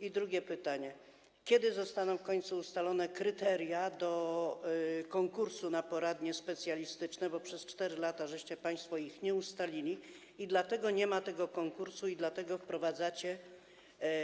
I drugie pytanie: Kiedy zostaną w końcu ustalone kryteria konkursu na poradnie specjalistyczne, bo przez 4 lata państwo ich nie ustaliliście i dlatego nie ma tego konkursu, i dlatego wprowadzacie